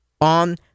on